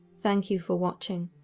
thank you for watching.